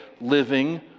living